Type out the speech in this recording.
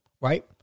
right